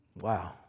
Wow